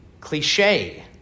cliche